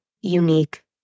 unique